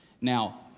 Now